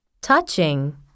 Touching